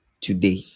today